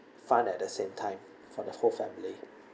fun at the same time for the whole family